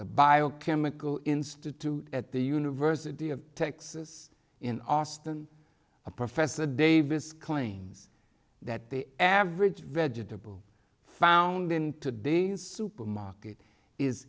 bio chemical institute at the university of texas in austin a professor davis claims that the average vegetable found in today's supermarket is